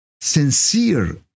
Sincere